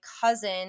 cousin